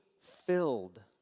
filled